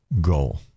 goal